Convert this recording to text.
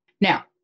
Now